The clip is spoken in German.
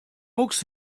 mucks